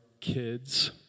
kids